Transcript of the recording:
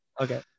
Okay